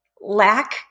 lack